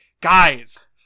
guys